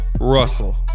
Russell